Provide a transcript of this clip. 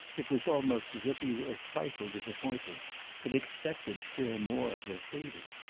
it was almost as if he were a trifle disappointed had expected still more of her freedom.